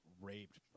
raped